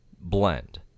blend